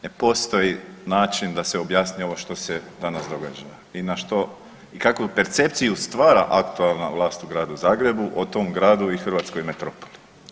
Ne postoji način da se objasni ovo što se danas događa i na što i kakvu percepciju stvara aktualna vlast u Gradu Zagrebu o tom gradu i hrvatskoj metropoli.